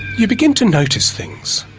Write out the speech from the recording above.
you begin to notice things.